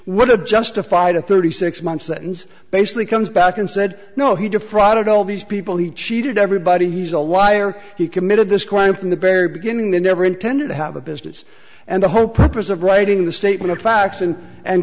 have justified a thirty six month sentence basically comes back and said no he defrauded all these people he cheated everybody he's a liar he committed this crime from the very beginning they never intended to have a business and the whole purpose of writing the statement of facts and and